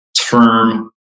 term